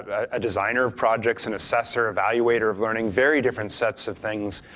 a designer of projects, and assessors or evaluator of learning. very different sets of things,